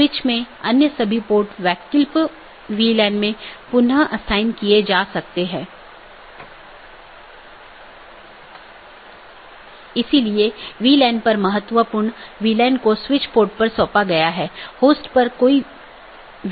इसलिए पथ का वर्णन करने और उसका मूल्यांकन करने के लिए कई पथ विशेषताओं का उपयोग किया जाता है और राउटिंग कि जानकारी तथा पथ विशेषताएं साथियों के साथ आदान प्रदान करते हैं इसलिए जब कोई BGP राउटर किसी मार्ग की सलाह देता है तो वह मार्ग विशेषताओं को किसी सहकर्मी को विज्ञापन देने से पहले संशोधित करता है